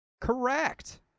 Correct